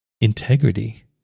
integrity